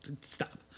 Stop